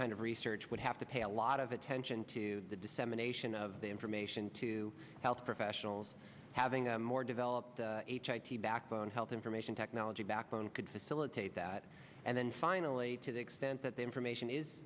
kind of research would have to pay a lot of attention to the dissemination of the information to health professionals having a more developed a backbone health information technology backbone could facilitate that and then finally to the extent that the information is